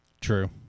True